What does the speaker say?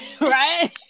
right